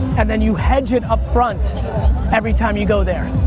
and then you hedge it up front every time you go there.